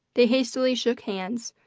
they hastily shook hands,